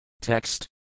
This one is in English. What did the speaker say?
Text